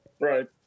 Right